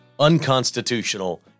unconstitutional